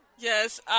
Yes